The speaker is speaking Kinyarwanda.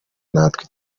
natwe